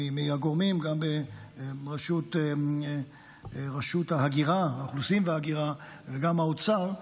מהגורמים, גם ברשות האוכלוסין וההגירה וגם באוצר,